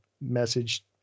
message